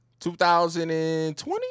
2020